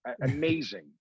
amazing